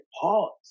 pause